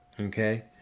Okay